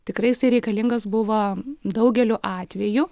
tikrai jisai reikalingas buvo daugeliu atvejų